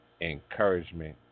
encouragement